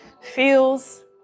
feels